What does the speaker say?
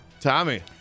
Tommy